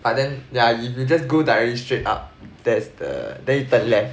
but then yeah if you just go directly straight up that's the then you turn left